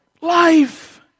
life